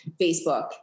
Facebook